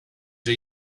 the